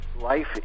Life